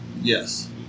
Yes